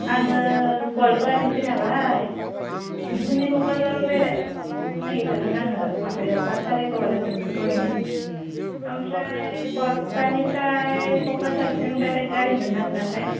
आं गवालपारानिसो नालाय नोंसोरनि क'क्राझाराव बेरायनो थांनो नागिरदोंमोन आं माबायाव पास तारिखाव आरो सेप्तेम्बरनि ओमफ्राय गवालपारानिफ्राय क'क्राझारसिम दायरेक्त गारि मोनोना मोनाथाय